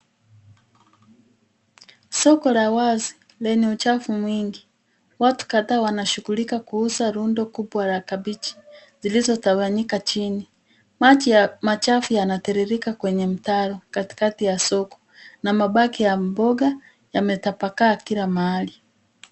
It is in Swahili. Soko la wazi lenye uchafu mwingi. Watu kadhaa wanashighulika kuuza rundo kubwa la kabichi zilizotawanyika chini. Maji machafu yanatiririka kwenye mtaro katikati ya soko na mabaki ya mboga yametapakaa kila mahali.